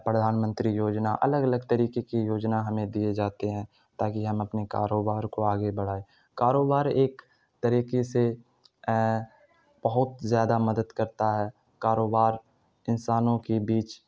پڑھان منتری یوجنا الگ الگ طریقے کی یوجنا ہمیں دیے جاتے ہیں تاکہ ہم اپنے کاروبار کو آگے بڑھائیں کاروبار ایک طریقے سے بہت زیادہ مدد کرتا ہے کاروبار انسانوں کے بیچ